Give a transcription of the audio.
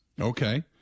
Okay